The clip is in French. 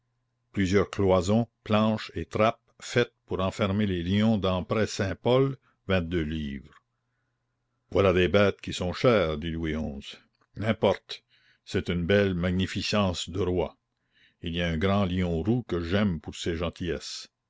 plusieurs cloisons planches et trappes faites pour enfermer les lions d'emprès saint-paul vingt-deux livres voilà des bêtes qui sont chères dit louis xi n'importe c'est une belle magnificence de roi il y a un grand lion roux que j'aime pour ses gentillesses